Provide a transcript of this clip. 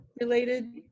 related